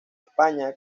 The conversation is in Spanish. españa